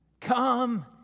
Come